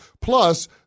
Plus